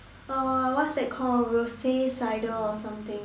uh what's it called rose cider or something